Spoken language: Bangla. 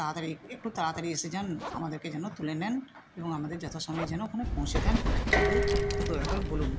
তাড়াতাড়ি একটু তাড়াতাড়ি এসে যান আমাদেরকে যেন তুলে নেন এবং আমাদের যথাসময়ে যেন ওখানে পৌঁছে দেন একটু দয়া করে বলুন